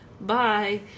Bye